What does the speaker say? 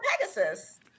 Pegasus